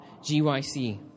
GYC